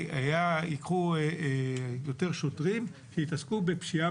ייקחו יותר שוטרים שיתעסקו בפשיעה